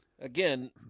Again